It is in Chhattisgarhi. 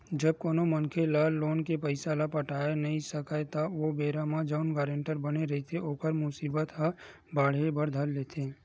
जब कोनो मनखे ह लोन के पइसा ल पटाय नइ सकय त ओ बेरा म जउन गारेंटर बने रहिथे ओखर मुसीबत ह बाड़हे बर धर लेथे